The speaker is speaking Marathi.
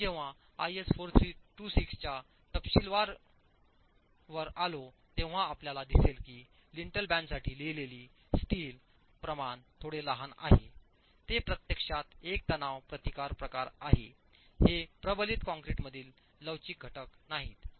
आम्ही जेव्हा आयएस 4326 च्या तपशिलावर आलो तेव्हा आपल्याला दिसेल की लिंटल बँडसाठी लिहिलेली स्टील प्रमाण थोडे लहान आहेते प्रत्यक्षात एक तणाव प्रतिकार प्रकार आहेहे प्रबलित कंक्रीटमधील लवचिक घटक नाहीत